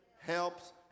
helps